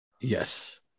Yes